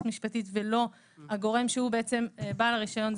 משפטית ולא הגורם שהוא בעצם בעל הרישיון,